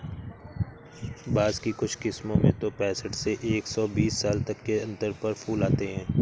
बाँस की कुछ किस्मों में तो पैंसठ से एक सौ बीस साल तक के अंतर पर फूल आते हैं